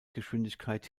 geschwindigkeit